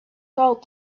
called